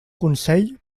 consell